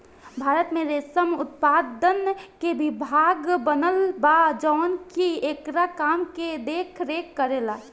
भारत में रेशम उत्पादन के विभाग बनल बा जवन की एकरा काम के देख रेख करेला